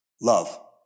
Love